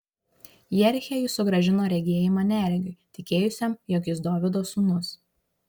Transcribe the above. jeriche jis sugrąžino regėjimą neregiui tikėjusiam jog jis dovydo sūnus